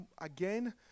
again